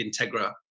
Integra